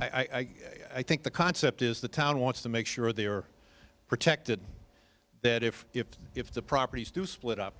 eye i think the concept is the town wants to make sure they are protected that if if if the properties do split up